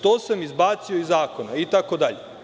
To sam izbacio iz zakona…“ itd.